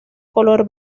color